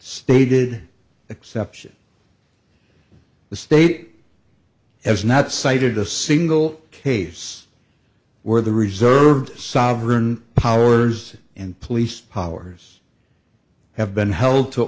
stated exception the state has not cited a single case where the reserved sovereign powers and police powers have been held to